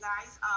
guys